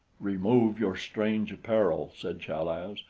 remove your strange apparel, said chal-az,